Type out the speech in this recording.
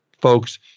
folks